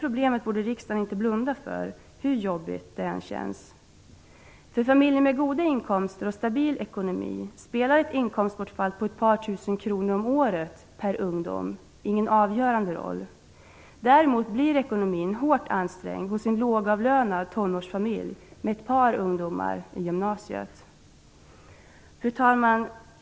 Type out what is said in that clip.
Riksdagen borde inte blunda för detta problem, hur jobbigt det än känns. För familjer med goda inkomster och stabil ekonomi spelar ett inkomstbortfall på ett par tusen kronor om året per ungdom ingen avgörande roll. Däremot blir ekonomin hårt ansträngd för en lågavlönad tonårsfamilj med ett par ungdomar i gymnasiet. Fru talman!